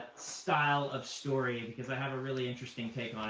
style of story, because i have a really interesting take